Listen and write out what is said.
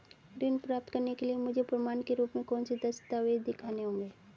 ऋण प्राप्त करने के लिए मुझे प्रमाण के रूप में कौन से दस्तावेज़ दिखाने होंगे?